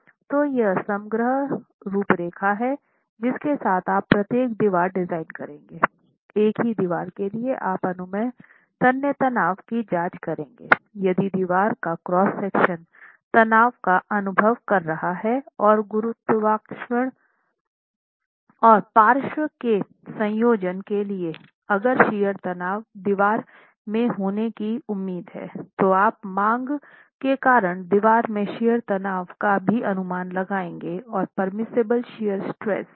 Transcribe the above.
तो यह समग्र रूपरेखा है जिसके साथ आप प्रत्येक दीवार डिज़ाइन करेंगे एक ही दीवार के लिए आप अनुमेय तन्य तनाव की जांच करेंगे यदि दीवार का क्रॉस सेक्शन तनाव का अनुभव कर रहा है और गुरुत्वाकर्षण और पार्श्व के संयोजन के लिए अगर शियर तनाव दीवार में होने की उम्मीद है तो आप मांग के कारण दीवार में शियर तनाव का भी अनुमान लगाएंगे और permissible shear stress f s के खिलाफ तुलना करें